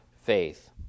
faith